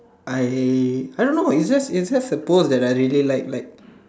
I I don't know it's just it's just a post I really like like